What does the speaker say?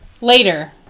later